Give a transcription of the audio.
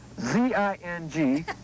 Z-I-N-G